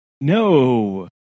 no